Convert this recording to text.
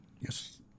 Yes